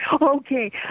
Okay